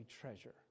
treasure